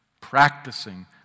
Practicing